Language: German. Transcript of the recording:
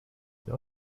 den